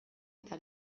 eta